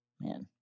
Man